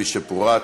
כפי שפורט.